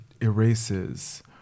erases